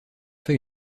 fait